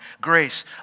grace